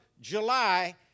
July